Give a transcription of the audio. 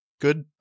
good